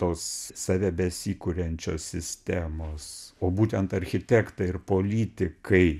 tos save besikuriančios sistemos o būtent architektai ir politikai